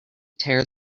tear